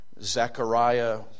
Zechariah